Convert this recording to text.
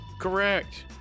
Correct